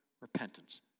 repentance